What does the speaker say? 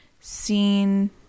seen